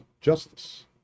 justice